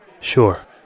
Sure